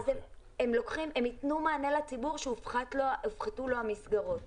אם ייתנו מענה לציבור שהופחתו לו המסגרות.